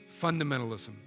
fundamentalism